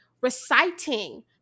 reciting